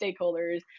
stakeholders